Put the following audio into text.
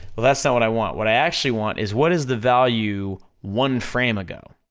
well that's not what i want, what i actually want is what is the value one frame ago,